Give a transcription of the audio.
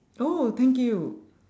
oh thank you